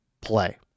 play